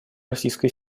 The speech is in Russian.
российской